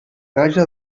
raja